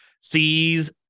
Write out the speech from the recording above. sees